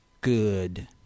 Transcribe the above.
good